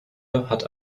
hat